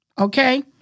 Okay